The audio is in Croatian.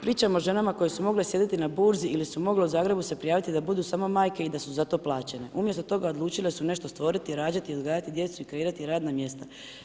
Pričam o ženama koje su mogle sjediti na burzi ili su mogle u Zagrebu se prijaviti da budu samo majke i da su za to plaćene, umjesto toga odlučile su nešto stvoriti, rađati i odgajati djecu i kreirati radna mjesta.